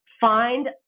Find